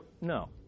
no